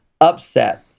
upset